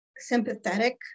Sympathetic